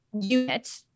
unit